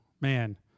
man